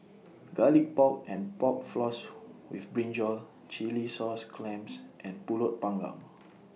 Garlic Pork and Pork Floss with Brinjal Chilli Sauce Clams and Pulut Panggang